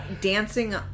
dancing